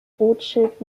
rothschild